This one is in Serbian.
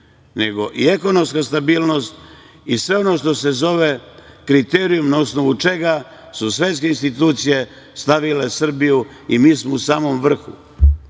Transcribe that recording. nego i ekonomska stabilnost i sve ono što se zove kriterijum na osnovu čega su svetske institucije stavile Srbiju i mi smo u samom vrhu